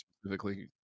specifically